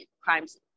crimes